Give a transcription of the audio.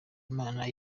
imana